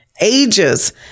ages